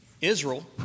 Israel